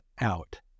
out